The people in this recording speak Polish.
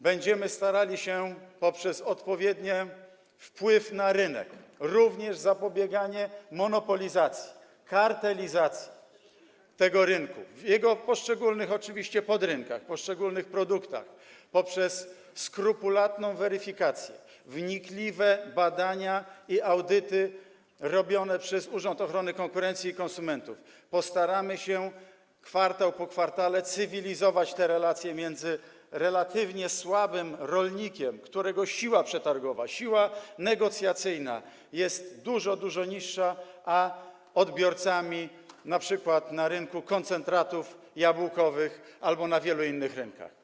Będziemy starali się poprzez odpowiedni wpływ na rynek, również zapobieganie monopolizacji, kartelizacji tego rynku, w jego poszczególnych oczywiście podrynkach, w przypadku poszczególnych produktów, poprzez skrupulatną weryfikację, wnikliwe badania i audyty robione przez Urząd Ochrony Konkurencji i Konsumentów, kwartał po kwartale cywilizować te relacje między relatywnie słabym rolnikiem, którego siła przetargowa, siła negocjacyjna jest dużo, dużo niższa, a odbiorcami np. na rynku koncentratów jabłkowych czy na wielu innych rynkach.